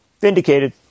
Vindicated